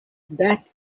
that